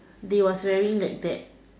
they was wearing like that